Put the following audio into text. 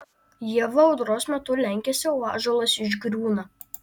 ieva audros metu lenkiasi o ąžuolas išgriūna